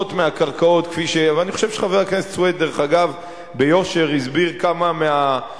אני חושב שחבר הכנסת סוייד הסביר ביושר כמה מהחסרונות,